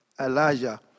Elijah